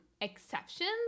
exceptions